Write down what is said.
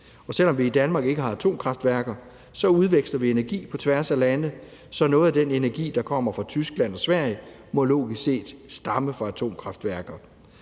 Og selv om vi i Danmark ikke har atomkraftværker, udveksler vi energi på tværs af lande, så noget af den energi, der kommer fra Tyskland og Sverige, må logisk set stamme fra atomkraftværker.